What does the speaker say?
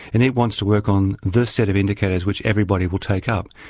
and it wants to work on the set of indicators which everybody will take up.